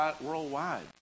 worldwide